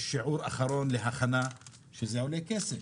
שיעור אחרון להכנה שזה עולה כסף,